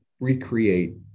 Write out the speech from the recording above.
recreate